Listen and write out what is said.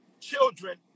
Children